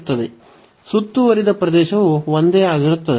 ಸುತ್ತುವರಿದ ಪ್ರದೇಶವು ಒಂದೇ ಆಗಿರುತ್ತದೆ